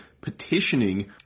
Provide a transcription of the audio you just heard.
petitioning